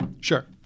Sure